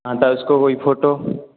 हाँ दसको कोई फोटो